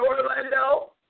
Orlando